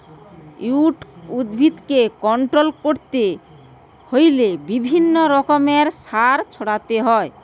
weed উদ্ভিদকে control করতে হইলে বিভিন্ন রকমের সার ছড়াতে হয়